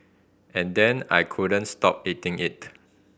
and then I couldn't stop eating it